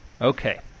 Okay